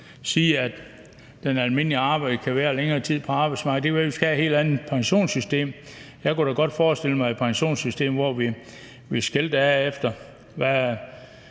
sige, at den almindelige arbejder kan være længere tid på arbejdsmarkedet? Det kan være, at vi skal have et helt andet pensionssystem. Jeg kunne da godt forestille mig et pensionssystem, hvor vi skiller det ad, alt efter hvad